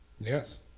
Yes